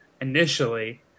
initially